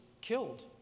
killed